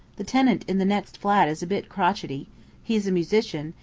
the tenant in the next flat is a bit crotchety he's a musician,